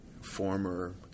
former